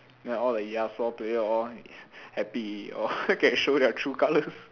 ya all the yasuo player all is happy already all can show their true colours